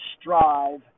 strive